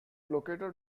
located